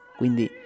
quindi